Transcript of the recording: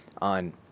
on